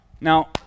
Now